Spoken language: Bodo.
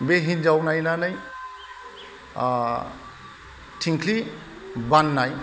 बे हिनजाव नायनानै थिंख्लि बाननाय